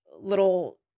little